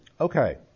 Okay